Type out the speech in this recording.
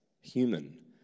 human